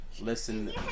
listen